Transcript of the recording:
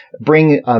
bring